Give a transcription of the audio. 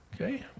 Okay